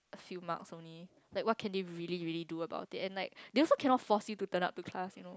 a few marks only like what can they really really do about it and like they also cannot force you to turn up to class you know